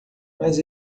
mas